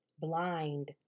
blind